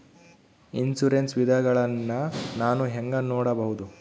Insurance ವಿಧಗಳನ್ನ ನಾನು ಹೆಂಗ ನೋಡಬಹುದು?